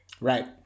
Right